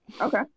okay